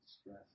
stress